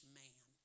man